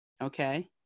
Okay